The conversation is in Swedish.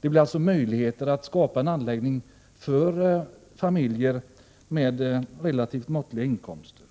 Det blir alltså möjligt att skapa en anläggning för familjer med relativt måttliga inkomster.